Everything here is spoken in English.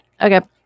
okay